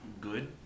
good